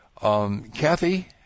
Kathy